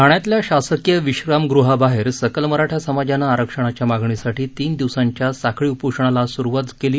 ठाण्यातल्या शासकीय विश्राम गृहाबाहेर सकल मराठा समाजानं आरक्षणाच्या मागणीसाठी तीन दिवसांच्या साखळी उपोषणाला आज सुरुवात झाली